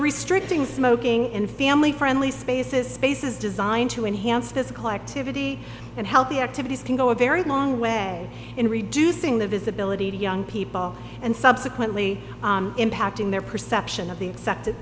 restricting smoking in family friendly spaces spaces designed to enhance physical activity and healthy activities can go a very long way in reducing the visibility to young people and subsequently impacting their perception of the se